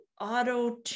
auto